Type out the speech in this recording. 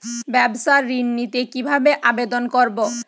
ব্যাবসা ঋণ নিতে কিভাবে আবেদন করব?